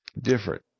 different